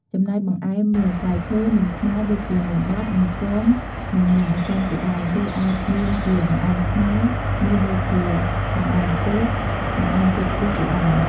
ចំណែកបង្អែមមាន ផ្លែឈើ នំខ្មែរ ដូចជានំបត់ នំគម និងនំអន្សមជាដើម ឬ អាចមានជាបង្អែមខ្មែរ មានដូចជាបង្អែមពោត បង្អែមចេកខ្ទិះជាដើម ។